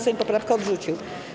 Sejm poprawkę odrzucił.